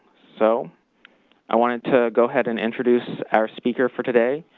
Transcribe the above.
so i wanted to go ahead and introduce our speaker for today.